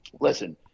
listen